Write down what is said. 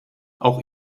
auch